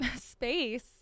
Space